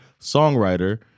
songwriter